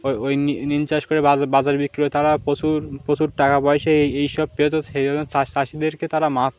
ওই ওই নীল চাষ করে বাজার বাজারে বিক্রি করে তারা প্রচুর প্রচুর টাকা পয়সা এইসব পেত সেই জন্য চাষিদেরকে তারা মারতো